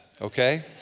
okay